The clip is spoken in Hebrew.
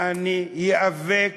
אני איאבק